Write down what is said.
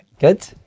Good